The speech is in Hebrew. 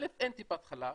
אין טיפת חלב,